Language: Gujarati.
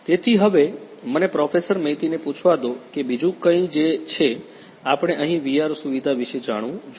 તેથી હવે મને પ્રોફેસર મૈતીને પૂછવા દો કે બીજું કંઈ છે જે આપણે અહીં VR સુવિધા વિશે જાણવું જોઈએ